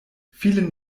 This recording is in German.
vielen